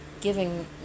giving